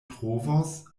trovos